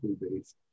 based